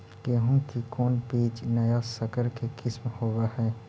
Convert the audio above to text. गेहू की कोन बीज नया सकर के किस्म होब हय?